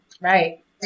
Right